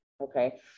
Okay